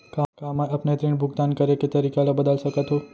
का मैं अपने ऋण भुगतान करे के तारीक ल बदल सकत हो?